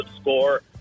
score